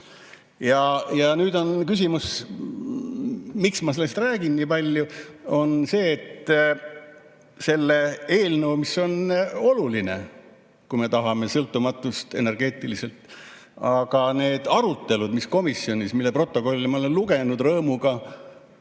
Ja nüüd on küsimus, miks ma sellest nii palju räägin. Põhjus on see, et see eelnõu on oluline, kui me tahame sõltumatust, energeetiliselt, aga need arutelud, mis komisjonis olid ja mille protokolli ma olen lugenud rõõmuga